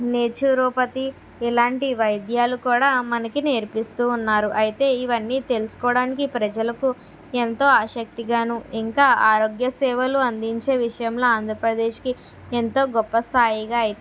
naturopathy ఇలాంటి వైద్యాలు కూడా మనకి నేర్పిస్తూ ఉన్నారు అయితే ఇవన్నీ తెలుసుకోవడానికి ప్రజలకు ఎంతో ఆసక్తిగాను ఇంకా ఆరోగ్య సేవలు అందించే విషయంలో ఆంధ్రప్రదేశ్కి ఎంతో గొప్ప స్థాయిగా అయితే నిలుస్తుంది